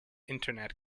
internet